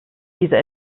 dieser